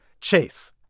Chase